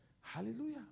Hallelujah